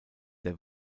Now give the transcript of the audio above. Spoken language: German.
der